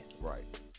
Right